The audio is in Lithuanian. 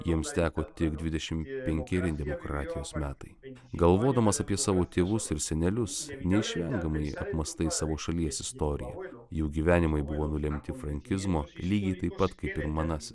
jiems teko tik dvidešimt penkeri demokratijos metai galvodamas apie savo tėvus ir senelius neišvengiamai apmąstai savo šalies istoriją jų gyvenimai buvo nulemti frankizmo lygiai taip pat kaip ir manasis